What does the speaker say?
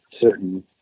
certain